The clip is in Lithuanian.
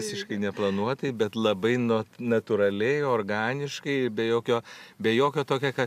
visiškai neplanuotai bet labai nu natūraliai organiškai be jokio be jokio tokio kad